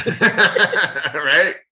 right